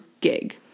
gig